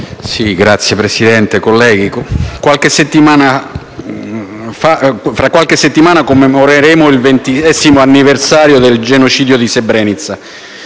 Signor Presidente, colleghi, tra qualche settimana commemoreremo il ventesimo anniversario del genocidio di Srebrenica: